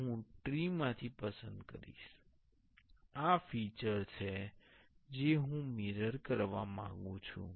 હવે હું ટ્રી માંથી પસંદ કરીશ આ ફીચર છે જે હું મિરર કરવા માંગું છું